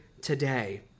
today